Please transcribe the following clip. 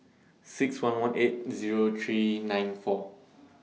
six one one eight Zero three nine four